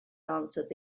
answered